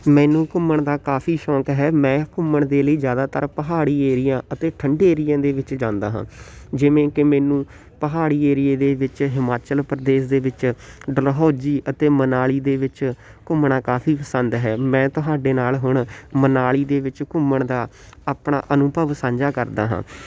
ਮੈਨੂੰ ਘੁੰਮਣ ਦਾ ਕਾਫੀ ਸ਼ੌਕ ਹੈ ਮੈਂ ਘੁੰਮਣ ਦੇ ਲਈ ਜ਼ਿਆਦਾਤਰ ਪਹਾੜੀ ਏਰੀਆ ਅਤੇ ਠੰਡੇ ਏਰੀਏ ਦੇ ਵਿੱਚ ਜਾਂਦਾ ਹਾਂ ਜਿਵੇਂ ਕਿ ਮੈਨੂੰ ਪਹਾੜੀ ਏਰੀਏ ਦੇ ਵਿੱਚ ਹਿਮਾਚਲ ਪ੍ਰਦੇਸ਼ ਦੇ ਵਿੱਚ ਡਲਹੌਜ਼ੀ ਅਤੇ ਮਨਾਲੀ ਦੇ ਵਿੱਚ ਘੁੰਮਣਾ ਕਾਫੀ ਪਸੰਦ ਹੈ ਮੈਂ ਤੁਹਾਡੇ ਨਾਲ ਹੁਣ ਮਨਾਲੀ ਦੇ ਵਿੱਚ ਘੁੰਮਣ ਦਾ ਆਪਣਾ ਅਨੁਭਵ ਸਾਂਝਾ ਕਰਦਾ ਹਾਂ